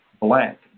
black